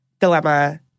dilemma